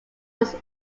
was